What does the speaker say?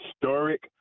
historic